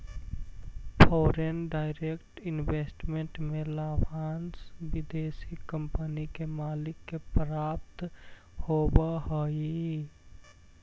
foreign direct investment में लाभांश विदेशी कंपनी के मालिक के प्राप्त होवऽ हई